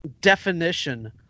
definition